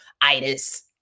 itis